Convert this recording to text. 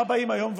מה אומרים היום?